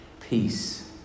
peace